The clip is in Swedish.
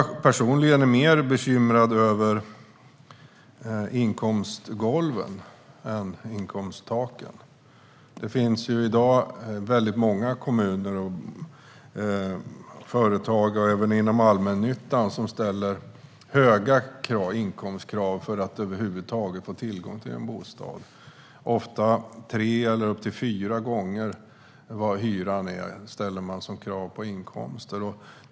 Personligen är jag mer bekymrad över inkomstgolven än inkomsttaken. Det finns i dag många kommuner och företag, även inom allmännyttan, som ställer höga inkomstkrav för att man ska få tillgång till en bostad. Ofta ställer de krav på en inkomst som är tre eller fyra gånger så hög som hyran.